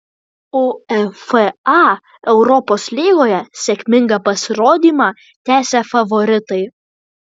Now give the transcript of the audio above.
uefa europos lygoje sėkmingą pasirodymą tęsia favoritai